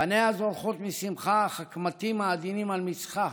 פניה זורחות משמחה אך הקמטים העדינים על מצחה